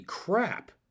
Crap